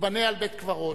ייבנה על בית-קברות.